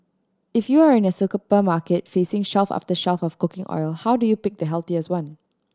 if you are in a market facing shelf after shelf of cooking oil how do you pick the healthiest one